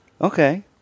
Okay